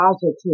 positive